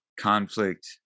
conflict